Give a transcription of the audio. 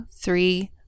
three